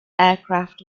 aircraft